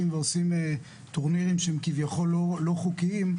ועושים טורנירים שהם כביכול לא חוקיים,